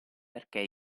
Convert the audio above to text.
perché